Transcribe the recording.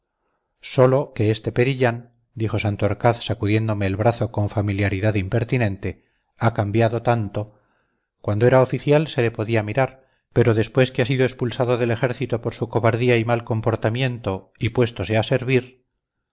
sólo que este perillán dijo santorcaz sacudiéndome el brazo con familiaridad impertinente ha cambiado tanto cuando era oficial se le podía mirar pero después que ha sido expulsado del ejército por su cobardía y mal comportamiento y puéstose a servir